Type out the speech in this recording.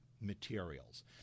materials